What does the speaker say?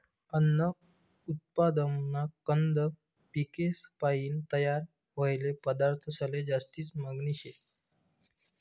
अन्न उत्पादनमा कंद पिकेसपायीन तयार व्हयेल पदार्थंसले जास्ती मागनी शे